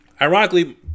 ironically